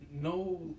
no